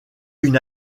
une